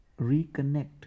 reconnect